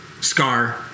Scar